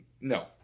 No